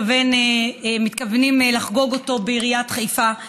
שמתכוונים לחגוג אותו בעיריית חיפה.